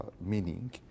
meaning